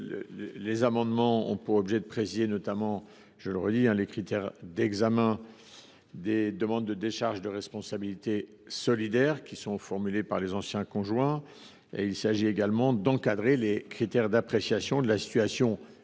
Ces amendements ont pour objet de préciser notamment les critères d’examen des demandes de décharge de responsabilité solidaire formulées par les anciens conjoints. Il s’agit également d’encadrer les critères d’appréciation de la situation patrimoniale